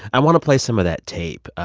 and want to play some of that tape.